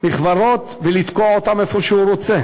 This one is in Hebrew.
מכוורות ולתקוע אותן איפה שהוא רוצה,